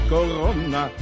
Corona